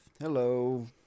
Hello